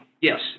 yes